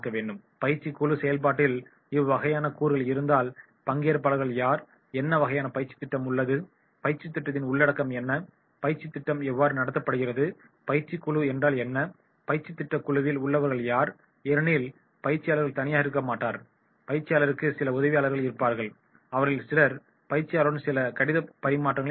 பயிற்சிக்குழு செயல்பாட்டில் இவ்வகையான கூறுகள் இருந்தால் பங்கேற்பாளர்கள் யார் என்ன வகையான பயிற்சித் திட்டம் உள்ளது பயிற்சித் திட்டத்தின் உள்ளடக்கம் என்ன பயிற்சித் திட்டம் எவ்வாறு நடத்தப்படுகிறது பயிற்சி குழு என்றால் என்ன பயிற்சி திட்ட குழுவில் உள்ளவர்கள் யார் ஏனெனில் பயிற்சியாளர் தனியாக இருக்க மாட்டார் பயிற்சியாளருக்கு சில உதவியாளர்கள் இருப்பார்கள் அவர்களில் சிலர் பயிற்சியாளருடன் சில கடிதப் பரிமாற்றங்களைக் கொண்டிருப்பார்கள்